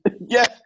Yes